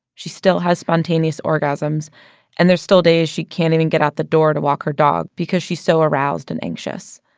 she still has spontaneous orgasms and there's still days she can't even get out the door to walk her dog because she's so aroused and anxious